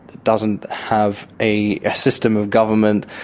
doesn't have a system of government.